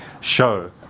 show